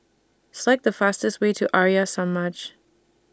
Select The fastest Way to Arya Samaj